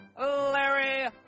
Larry